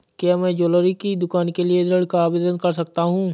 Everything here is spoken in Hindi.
क्या मैं ज्वैलरी की दुकान के लिए ऋण का आवेदन कर सकता हूँ?